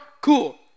cool